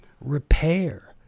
repair